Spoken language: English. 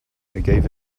gave